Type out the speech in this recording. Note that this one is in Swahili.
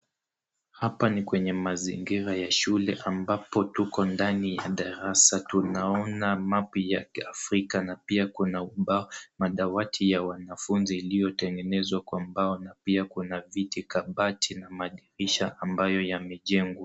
Hapa ni kwenye mazingira ya shule ambapo tuko ndani ya darasa tunaona mapu ya kiafrika na pia kuna ubao. Madawati ya wanafunzi iliyotengenezwa kwa mbao na pia kuna viti, kabati na madirisha ambayo yamejengwa.